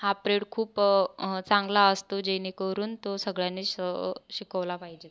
हा प्रेड खूप चांगला असतो जेणेकरून तो सगळ्यांनी शिकवला पाहिजेत